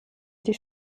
die